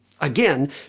again